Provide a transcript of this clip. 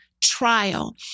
trial